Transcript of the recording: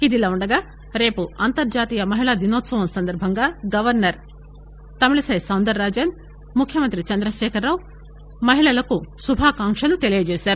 ఇదిలావుండగా రేపు అంతర్హతీయ మహిళా దినోత్సవం సందర్బంగా గవర్చర్ తమిళిసై సౌందరరాజన్ ముఖ్యమంత్రి చంద్రకేఖరరావు మహిళలకు శుభాకాంక్షలు తెలియచేశారు